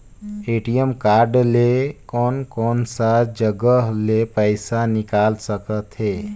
ATM card ले कोन कोन सा जगह ले पइसा निकाल सकथे?